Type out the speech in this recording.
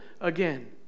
again